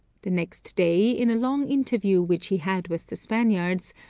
the next day, in a long interview which he had with the spaniards,